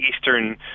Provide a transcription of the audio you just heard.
eastern